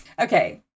Okay